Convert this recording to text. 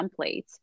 templates